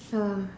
oh